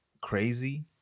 Crazy